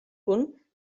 punt